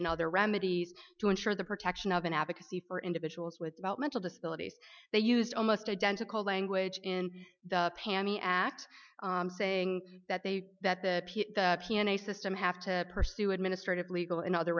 and other remedies to ensure the protection of an advocacy for individuals with developmental disabilities they used almost identical language in the pami act saying that they that the system have to pursue administrative legal and other